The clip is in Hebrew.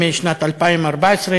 החל משנת 2014,